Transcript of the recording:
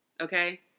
Okay